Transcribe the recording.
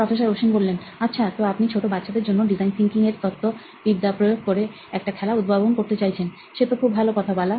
professor Ashwin আচ্ছা তো আপনি ছোট বাচ্চাদের জন্য ডিজাইন থিঙ্কিং এর তত্ত্ব বিদ্যা প্রয়োগ করে একটা খেলা উদ্ভাবন করতে চাইছেন সে তো খুব ভালো কথা বালা